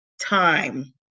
time